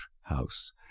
house